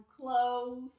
clothes